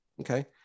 Okay